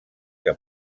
que